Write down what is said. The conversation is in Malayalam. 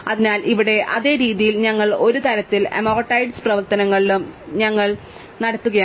അതിനാൽ ഇവിടെ അതേ രീതിയിൽ ഞങ്ങൾ ഒരു തരത്തിൽ അമോർട്ടൈസ്ഡ് വിശകലനം നടത്തുകയാണ്